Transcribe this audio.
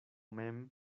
mem